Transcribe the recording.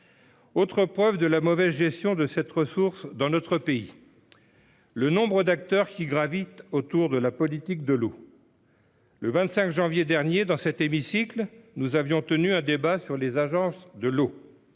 Autre preuve de la mauvaise gestion de cette ressource dans notre pays, le nombre d'acteurs qui gravitent autour de la politique de l'eau ... Le 25 janvier dernier s'est tenu dans cet hémicycle un débat sur les agences de l'eau.